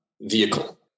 vehicle